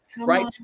Right